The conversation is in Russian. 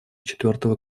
четвертого